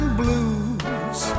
blues